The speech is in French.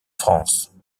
france